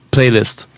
Playlist